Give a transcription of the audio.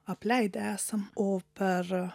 apleidę esam o per